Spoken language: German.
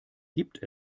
gibt